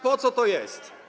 Po co to jest?